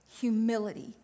humility